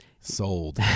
Sold